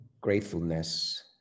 gratefulness